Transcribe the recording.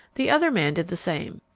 the other man did the same.